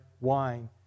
wine